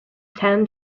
tan